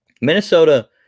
Minnesota